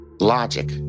logic